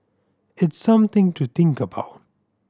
it's something to think about